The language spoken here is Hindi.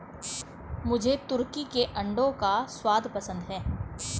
मुझे तुर्की के अंडों का स्वाद पसंद है